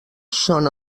són